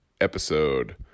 episode